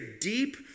deep